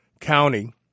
County